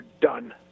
done